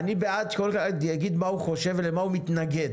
בעד שכל אחד יגיד מה הוא חושב ולמה הוא מתנגד.